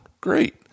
great